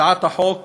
הצעת החוק